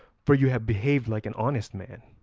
for you have behaved like an honest man.